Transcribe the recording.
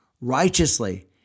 righteously